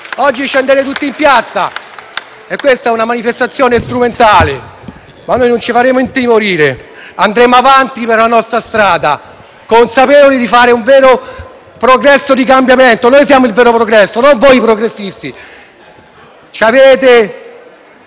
Oggi scendete tutti in piazza, ma questa è una manifestazione strumentale. Noi non ci faremo intimorire e andremo avanti per la nostra strada, consapevoli di fare un vero progresso di cambiamento. Noi siamo il vero progresso. Voi non siete progressisti.